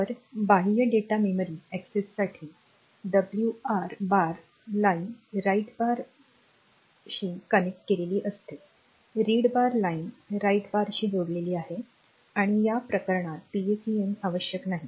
तर बाह्य data memory अक्सेससाठी डब्ल्यूआर बार लाइन राइट बारशी कनेक्ट केलेली असते रीड बार लाइन राइट बारशी जोडलेली आहे आणि या प्रकरणात पीएसईएन आवश्यक नाही